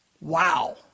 Wow